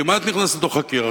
כמעט נכנסת בתוך הקיר.